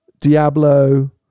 Diablo